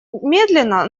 медленно